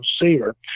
receiver